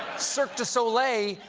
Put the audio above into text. cirque du soleil,